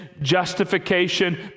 justification